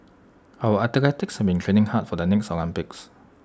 our athletes have been training hard for the next Olympics